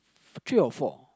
three or four